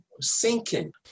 sinking